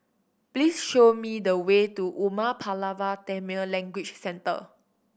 please show me the way to Umar Pulavar Tamil Language Centre